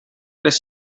tres